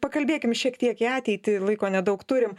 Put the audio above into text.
pakalbėkim šiek tiek į ateitį laiko nedaug turim